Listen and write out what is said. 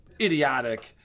idiotic